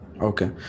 Okay